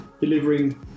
delivering